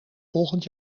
volgend